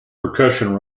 percussion